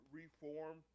reform